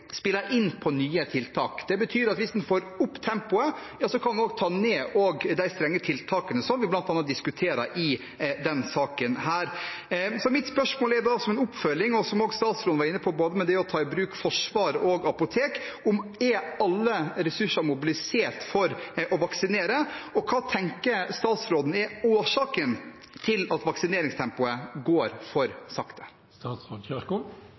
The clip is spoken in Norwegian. hvis en får opp tempoet, kan en også ta ned de strenge tiltakene som vi bl.a. diskuterer i denne saken. Mitt spørsmål er da, som en oppfølging, og som statsråden også var inne på om det å ta i bruk Forsvaret og apoteker: Er alle ressurser mobilisert for å vaksinere, og hva tenker statsråden er årsaken til at vaksineringstempoet går